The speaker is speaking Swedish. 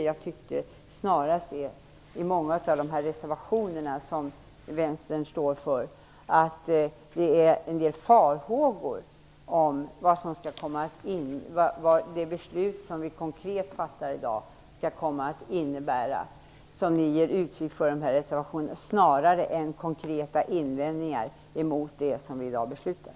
Jag tycker att många av de reservationer som Vänstern avgivit är uttryck för farhågor inför vad det beslut som vi i dag skall fatta kommer att innebära, snarare än uttryck för konkreta invändningar mot beslutet.